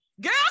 girl